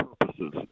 purposes